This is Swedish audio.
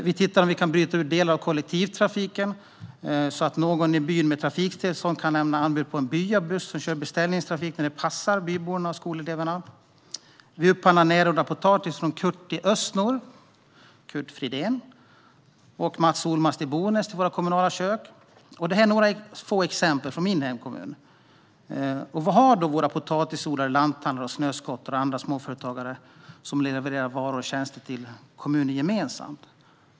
Vi tittar på om vi kan bryta ur delar av kollektivtrafiken så att någon i byn med trafiktillstånd kan lämna anbud på en byabuss som kör beställningstrafik när det passar byborna och skoleleverna. Vi upphandlar närodlad potatis från Kurt Fridén i Östnor eller Mats Olmats i Bonäs till våra kommunala kök. Detta var några exempel från min hemkommun. Vad har då våra potatisodlare, lanthandlare, snöskottare och andra småföretagare som levererar varor och tjänster till kommunen gemensamt?